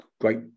great